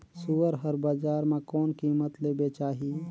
सुअर हर बजार मां कोन कीमत ले बेचाही?